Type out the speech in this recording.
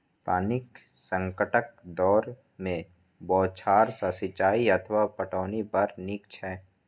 पानिक संकटक दौर मे बौछार सं सिंचाइ अथवा पटौनी बड़ नीक छै